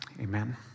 amen